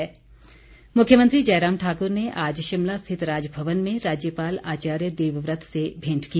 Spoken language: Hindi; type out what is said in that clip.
पौधरोपण मुख्यमंत्री जयराम ठाक्र ने आज शिमला स्थित राजभवन में राज्यपाल आचार्य देवव्रत से भेंट की